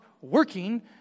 working